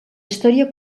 història